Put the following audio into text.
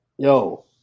Yo